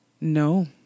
No